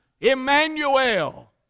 Emmanuel